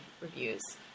reviews